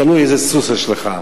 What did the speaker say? תלוי איזה סוס יש לך,